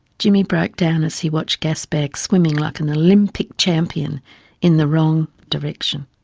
jimmy broke down as he watched gasbag swimming like an olympic champion in the wrong direction.